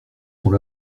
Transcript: sont